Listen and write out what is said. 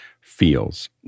feels